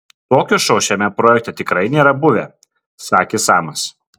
tokio šou šiame projekte tikrai nėra buvę sakė samas